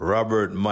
Robert